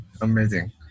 Amazing